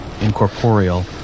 incorporeal